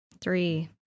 Three